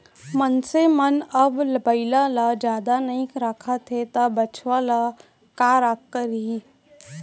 मनसे मन अब बइला ल जादा नइ राखत हें त बछवा ल का करहीं